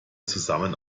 zusammen